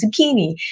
zucchini